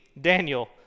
Daniel